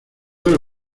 del